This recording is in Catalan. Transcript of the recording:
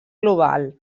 global